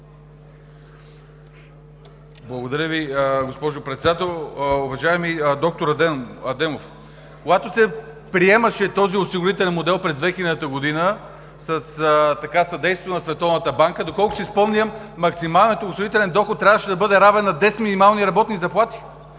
Благодаря Ви, госпожо Председател. Уважаеми доктор Адемов, когато се приемаше този осигурителен модел през 2000 г. със съдействието на Световната банка, доколкото си спомням, максималният осигурителен доход трябваше да бъде равен на 10 минимални работни заплати